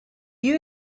you